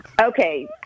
Okay